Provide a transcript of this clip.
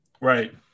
Right